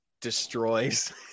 destroys